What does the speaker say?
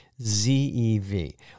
ZEV